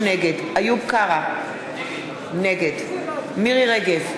נגד איוב קרא, נגד מירי רגב,